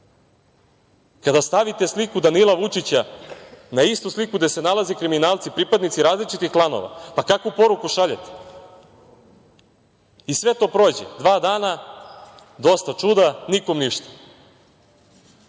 Kada stavite sliku Danila Vučića na istu sliku gde se nalaze kriminalci pripadnici različitih klanova, kakvu poruku šaljete? I sve to prođe, dva dana dosta čuda i nikom ništa. Mislim